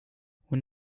hon